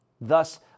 Thus